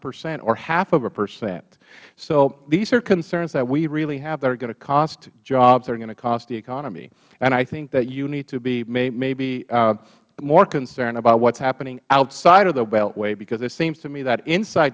percent or half of a percent so these are concerns that we really have that are going to cost jobs that are going to cost the economy and i think that you need to be maybe more concerned about what is happening outside of the beltway because it seems to me that inside